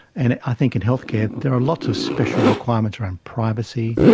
and i think in healthcare there are lots of special requirements around privacy,